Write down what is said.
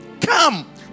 come